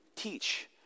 teach